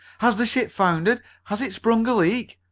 has the ship foundered? has it sprung a leak?